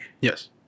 Yes